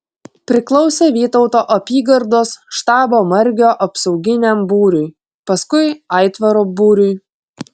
priklausė vytauto apygardos štabo margio apsauginiam būriui paskui aitvaro būriui